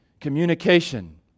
Communication